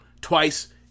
twice